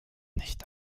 nicht